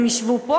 הם ישבו פה?